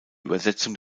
übersetzung